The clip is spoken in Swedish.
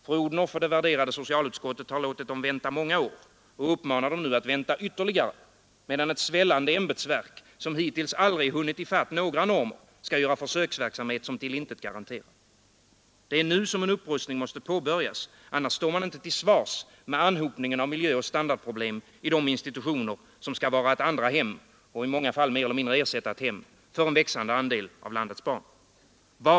Fru Odhnoff och det värderade socialutskottet har låtit dem vänta många år och uppmanar dem nu att vänta ytterligare, medan ett svällande ämbetsverk, som hittills aldrig hunnit ifatt några normer, skall bedriva försöksverksamhet som till intet garanterar. Det är nu en upprustning måste påbörjas; annars står man inte till svars för anhopningen av miljöoch standardproblem i de institutioner som skall vara ett andra hem — och i många fall mer eller mindre ersätta ett hem — för en växande andel av landets förskolebarn.